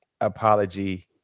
apology